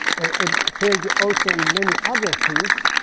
and it failed also in many other fields.